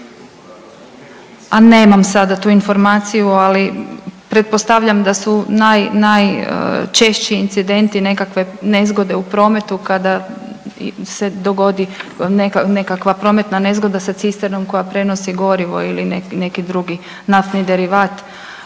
a nemam sada tu informaciju ali pretpostavljam da su naj najčešći incidenti nekakve nezgode u prometu kada se dogodi nekakva prometna nezgoda sa cisternom koja prenosi gorivo ili neki drugi naftni derivat